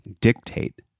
dictate